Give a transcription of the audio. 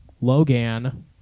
Logan